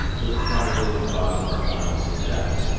was probably the cause of our final success.